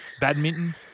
badminton